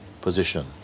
position